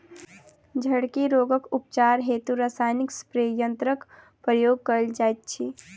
झड़की रोगक उपचार हेतु रसायनिक स्प्रे यन्त्रकक प्रयोग कयल जाइत अछि